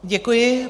Děkuji.